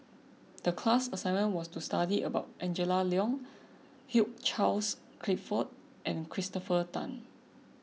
the class assignment was to study about Angela Liong Hugh Charles Clifford and Christopher Tan